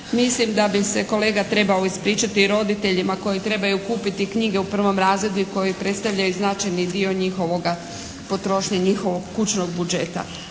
Mislim da bi se kolega trebao ispričati roditeljima koji trebaju kupiti knjige u prvom razredu i koji predstavljaju značajni dio njihovoga, potrošnje njihovog kućnog budžeta.